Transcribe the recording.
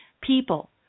people